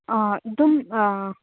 ꯑꯥ ꯑꯗꯨꯝ ꯑꯥ